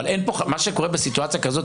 מה שקורה פה בסיטואציה כזאת,